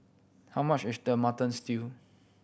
how much is the Mutton Stew